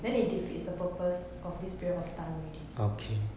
then it defeats the purpose of this period of time already